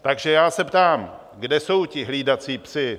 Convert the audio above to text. Takže já se ptám, kde jsou ti hlídací psi?